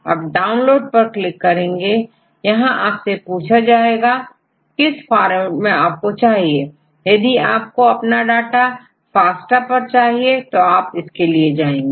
आप डाउनलोड पर क्लिक करेंगे यहां आपसे पूछा जाएगा कि किस फॉर्मेट में आपको चाहिए यदि आपको अपना डाटाFASTA पर चाहिए तो आप इसके लिए जाएंगे